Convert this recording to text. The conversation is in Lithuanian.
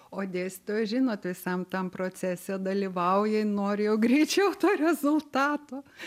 o dėstytoja žinot visam tam procese dalyvauja jin nori jau greičiau to rezultato